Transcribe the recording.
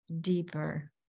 deeper